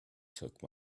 took